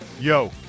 Yo